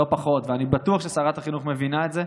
לא פחות, ואני בטוח ששרת החינוך מבינה את זה,